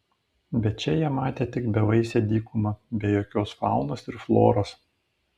bet čia jie matė tik bevaisę dykumą be jokios faunos ir floros